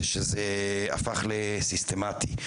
זה שזה הפך לסיסטמתי,